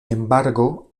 embargo